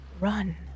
Run